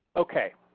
ok,